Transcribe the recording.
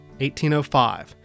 1805